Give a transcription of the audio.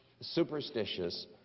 superstitious